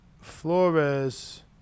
flores